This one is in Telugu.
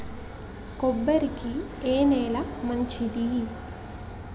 కొబ్బరి కి ఏ నేల మంచిది?